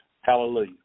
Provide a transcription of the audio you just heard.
Hallelujah